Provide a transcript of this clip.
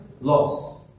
loss